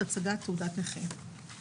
הצגת תעודת נכה,